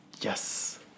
Yes